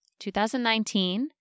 2019